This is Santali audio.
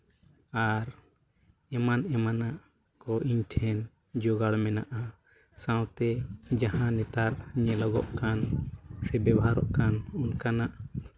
ᱟᱨ ᱮᱢᱟᱱ ᱮᱢᱟᱱᱟᱜ ᱠᱚ ᱤᱧᱴᱷᱮᱱ ᱡᱳᱜᱟᱲ ᱢᱮᱱᱟᱜᱼᱟ ᱥᱟᱶᱛᱮ ᱡᱟᱦᱟᱸ ᱱᱮᱛᱟᱨ ᱧᱮᱞᱚᱜᱚᱜ ᱠᱟᱱ ᱥᱮ ᱵᱮᱵᱷᱟᱨᱚᱜ ᱠᱟᱱ ᱚᱱᱠᱟᱱᱟᱜ